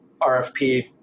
RFP